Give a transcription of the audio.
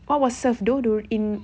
what was served though during